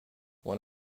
when